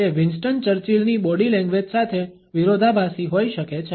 તે વિન્સ્ટન ચર્ચિલની body language સાથે વિરોધાભાસી હોઈ શકે છે